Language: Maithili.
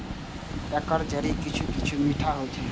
एकर जड़ि किछु किछु मीठ होइ छै